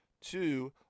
two